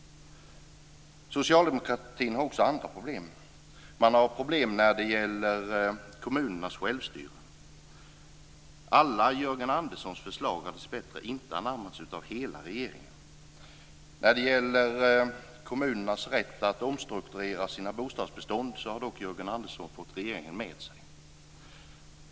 Socialdemokratin har också andra problem. Man har problem när det gäller kommunernas självstyre. Alla Jörgen Anderssons förslag har dessbättre inte anammats av hela regeringen. När det gäller kommunernas rätt att omstrukturera sina bostadsbistånd har dock Jörgen Andersson fått regeringen med sig.